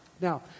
Now